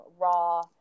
raw